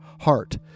heart